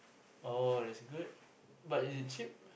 oh that's good but is it cheap